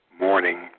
morning